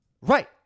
Right